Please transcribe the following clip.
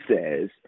says